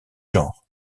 genres